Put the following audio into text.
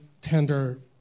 tender